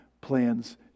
plans